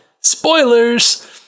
Spoilers